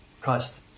Christ